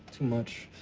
too much.